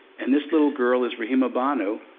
and this little girl is rahima banu,